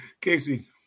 Casey